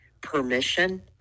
permission